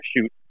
shoot